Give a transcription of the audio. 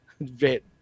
Vet